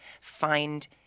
find